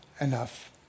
enough